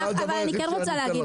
אבל אני כן רוצה להגיד,